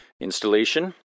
installation